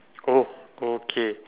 oh oh okay